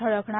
झळकणार